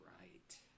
right